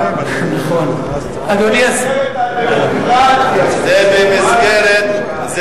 אתה מעלה אנשים שלא נרשמו, במסגרת הדמוקרטיה.